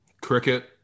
Cricket